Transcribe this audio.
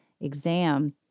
exam